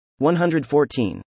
114